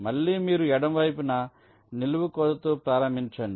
మళ్ళీ మీరు ఎడమ వైపున నిలువు కోతతో ప్రారంభించండి